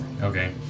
Okay